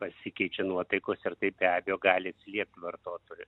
pasikeičia nuotaikos ir tai be abejo gali atsiliept vartotojų